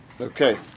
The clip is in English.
Okay